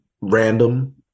random